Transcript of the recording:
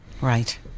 Right